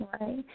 Right